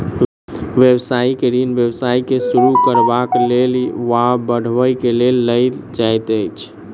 व्यवसायिक ऋण व्यवसाय के शुरू करबाक लेल वा बढ़बय के लेल लेल जाइत अछि